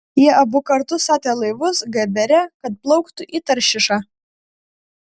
jie abu kartu statė laivus gebere kad plauktų į taršišą